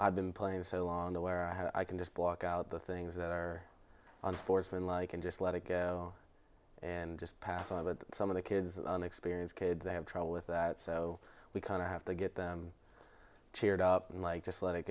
i've been playing so long to where i can just block out the things that are unsportsmanlike and just let it go and just pass on but some of the kids experience kid they have trouble with that so we kind of have to get them cheered up and like just let it